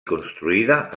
construïda